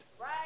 Right